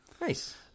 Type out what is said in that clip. nice